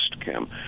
Kim